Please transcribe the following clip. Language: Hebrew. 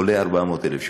עולה 400,000 שקלים.